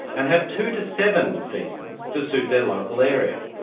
and have two to seven seasons to suit their local area.